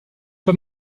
pas